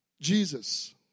Jesus